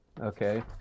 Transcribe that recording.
Okay